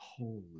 Holy